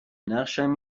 نقشم